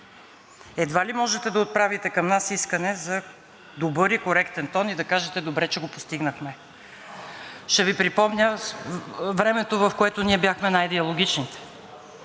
Едва ли можете да отправите към нас искане за добър и коректен тон и да кажете: „Добре, че го постигнахме!“ Ще Ви припомня времето, в което ние бяхме най диалогичните,